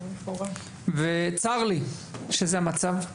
וצר לי שזה המצב.